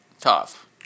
Tough